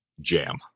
Jam